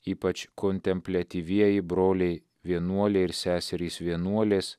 ypač kontempliatyvieji broliai vienuoliai ir seserys vienuolės